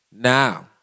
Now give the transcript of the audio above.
Now